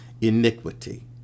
iniquity